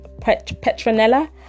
Petronella